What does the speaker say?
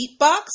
beatbox